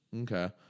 Okay